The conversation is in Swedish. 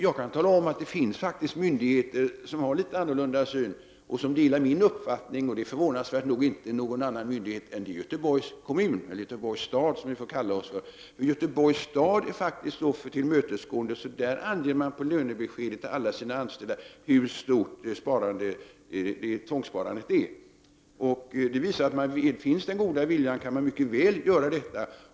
Jag kan tala om, att det faktiskt finns myndigheter som har en litet annorlunda syn och som delar min uppfattning, och det är förvånansvärt nog inte någon annan myndighet än Göteborgs kommun, eller Göteborgs stad som den nu kallas. Göteborgs stad är faktiskt så tillmötesgående att man på lönebeskedet till alla sina anställda anger hur stort tvångssparandet är. Det visar att om den goda viljan finns är detta möjligt.